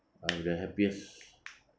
I'm the happiest